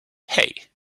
hey